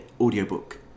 audiobook